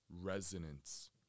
Resonance